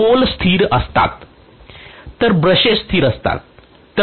pole स्थिर असतात तर ब्रशेस स्थिर असतात